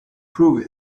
prove